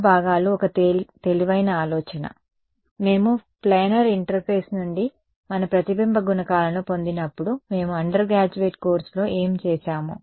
సాధారణ భాగాలు ఒక తెలివైన ఆలోచన మేము ప్లేనర్ ఇంటర్ఫేస్ నుండి మన ప్రతిబింబ గుణకాలను పొందినప్పుడు మేము అండర్ గ్రాడ్యుయేట్ కోర్సులో ఏమి చేసాము